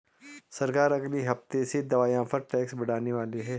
सरकार अगले हफ्ते से दवाइयों पर टैक्स बढ़ाने वाली है